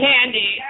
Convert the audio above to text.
Candy